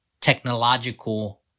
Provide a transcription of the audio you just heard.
technological